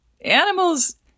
animals